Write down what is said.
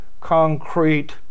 concrete